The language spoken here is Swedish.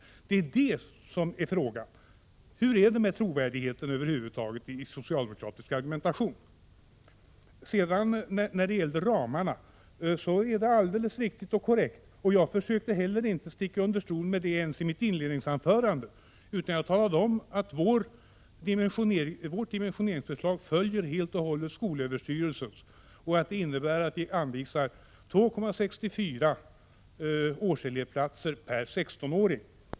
Det är alltså det som är frågan — hur är det med trovärdigheten över huvud taget i den socialdemokratiska argumentationen? Det är alldeles korrekt — det försökte jag inte sticka under stol med ens i mitt inledningsanförande — att vårt dimensioneringsförslag helt och hållet följer skolöverstyrelsens och att det innebär att vi anvisar 2,64 årselevplatser per 16-åring.